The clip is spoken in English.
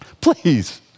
Please